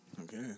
okay